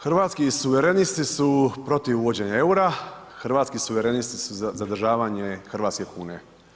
Hrvatski suverenisti su protiv uvođenja eura, hrvatski suverenisti su za zadržavanje hrvatske kune.